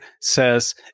says